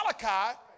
Malachi